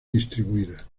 distribuida